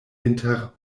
inter